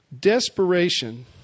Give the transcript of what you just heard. Desperation